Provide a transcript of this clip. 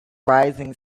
rising